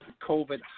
COVID